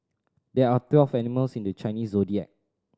there are twelve animals in the Chinese Zodiac